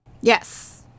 Yes